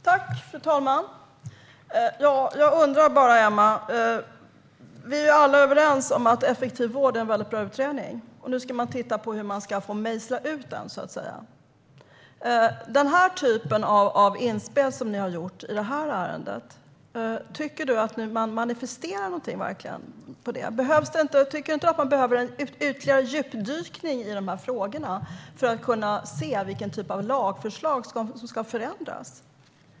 Fru talman! Jag bara undrar över något, Emma. Vi är alla överens om att Effektiv vård är en bra utredning. Nu ska man titta på hur den ska mejslas ut, så att säga. Tycker du verkligen att man med den typ av inspel ni har gjort i det här ärendet manifesterar någonting? Tycker du inte att det behövs en ytterligare djupdykning i dessa frågor för att kunna se vilken typ av lagförslag som ska förändras?